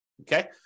Okay